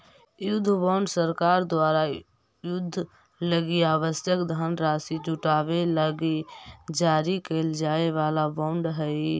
युद्ध बॉन्ड सरकार द्वारा युद्ध लगी आवश्यक धनराशि जुटावे लगी जारी कैल जाए वाला बॉन्ड हइ